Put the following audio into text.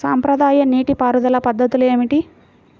సాంప్రదాయ నీటి పారుదల పద్ధతులు ఏమిటి?